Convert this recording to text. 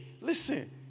Listen